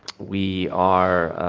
we are,